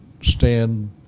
stand